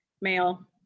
male